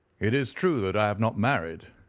it is true that i have not married,